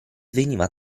veniva